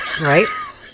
Right